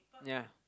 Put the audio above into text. ya